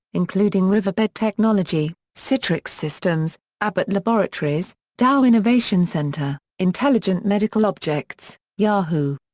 including riverbed technology, citrix systems, abbott laboratories, dow innovation center, intelligent medical objects, yahoo!